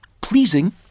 pleasing